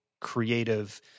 creative